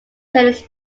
tennis